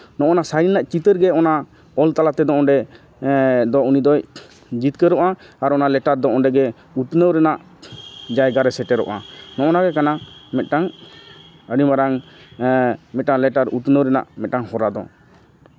ᱱᱚᱜᱼᱚᱱᱟ ᱥᱟᱹᱨᱤᱭᱟᱱᱟᱜ ᱪᱤᱛᱟᱹᱨ ᱜᱮ ᱚᱱᱟ ᱚᱞ ᱛᱟᱞᱟ ᱛᱮᱫᱚ ᱚᱸᱰᱮ ᱫᱚ ᱩᱱᱤ ᱫᱚᱭ ᱡᱤᱛᱠᱟᱹᱨᱚᱜᱼᱟ ᱚᱱᱟ ᱞᱮᱴᱟᱨ ᱫᱚ ᱚᱸᱰᱮ ᱩᱛᱱᱟᱹᱣ ᱨᱮᱱᱟᱜ ᱡᱟᱭᱜᱟ ᱨᱮ ᱥᱮᱴᱮᱨᱚᱜᱼᱟ ᱱᱚᱜᱼᱚ ᱱᱚᱣᱟ ᱜᱮ ᱠᱟᱱᱟ ᱢᱤᱫᱴᱟᱱ ᱟᱹᱰᱤᱢᱟᱨᱟᱝ ᱮᱸᱜ ᱢᱤᱫᱴᱟᱱ ᱞᱮᱴᱟᱨ ᱩᱛᱱᱟᱹᱣ ᱨᱮᱱᱟᱜ ᱢᱤᱫᱴᱟᱱ ᱦᱚᱨᱟ ᱫᱚ